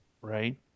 right